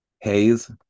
Haze